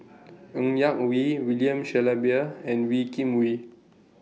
Ng Yak Whee William Shellabear and Wee Kim Wee